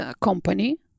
company